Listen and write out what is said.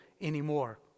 anymore